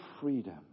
freedom